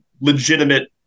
legitimate